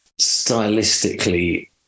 stylistically